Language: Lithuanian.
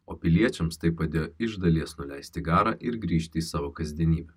o piliečiams tai padėjo iš dalies nuleisti garą ir grįžti į savo kasdienybę